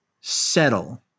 settle